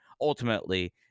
ultimately